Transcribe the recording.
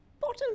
bottom